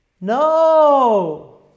No